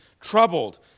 troubled